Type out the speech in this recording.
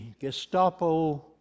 Gestapo